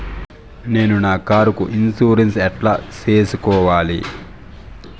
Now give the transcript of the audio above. నేను నా కారుకు ఇన్సూరెన్సు ఎట్లా సేసుకోవాలి